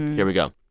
here we go.